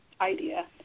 idea